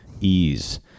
ease